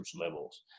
levels